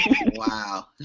Wow